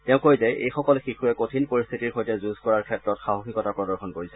তেওঁ কয় যে এইসকল শিশুৱে কঠিন পৰিস্থিতিৰ সৈতে যুঁজ কৰাৰ ক্ষেত্ৰত সাহসিকতা প্ৰদৰ্শন কৰিছে